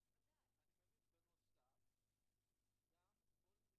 בהיריון --- יש עוד כמה אוכלוסיות בסיכון,